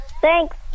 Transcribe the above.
Thanks